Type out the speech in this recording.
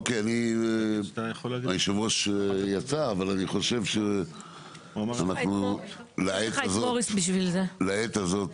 היושב-ראש יצא, אבל אני חושב שאנחנו לעת הזאת